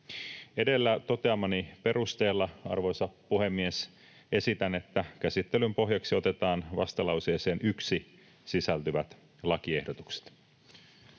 Edellä toteamani perusteella, arvoisa puhemies, esitän, että käsittelyn pohjaksi otetaan vastalauseeseen 1 sisältyvät lakiehdotukset.